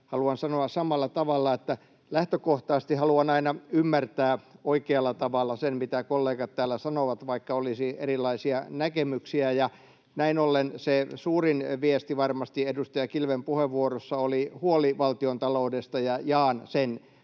Haluan sanoa samalla tavalla, että lähtökohtaisesti haluan aina ymmärtää oikealla tavalla sen, mitä kollegat täällä sanovat, vaikka olisi erilaisia näkemyksiä. Näin ollen se suurin viesti varmasti edustaja Kilven puheenvuorossa oli huoli valtiontaloudesta, ja jaan sen, mutta